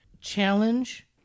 Challenge